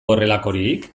horrelakorik